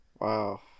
Wow